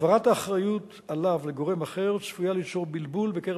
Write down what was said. העברת האחריות עליו לגורם אחר צפויה ליצור בלבול בקרב